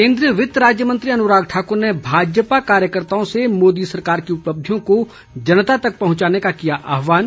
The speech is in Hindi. केन्द्रीय वित्त राज्य मंत्री अनुराग ठाकुर ने भाजपा कार्यकर्ताओं से मोदी सरकार की उपलब्धियों को जनता तक पहुंचाने का किया आहवान